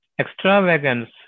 extravagance